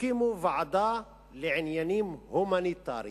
הקימו ועדה לעניינים הומניטריים.